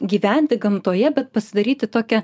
gyventi gamtoje bet pasidaryti tokią